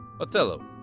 Othello